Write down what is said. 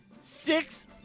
six